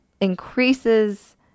increases